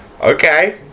Okay